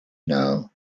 know